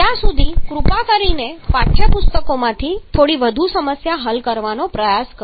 ત્યાં સુધી તમે કૃપા કરીને પાઠ્ય પુસ્તકોમાંથી થોડી વધુ સમસ્યાઓ હલ કરવાનો પ્રયાસ કરો